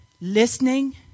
listening